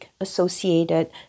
associated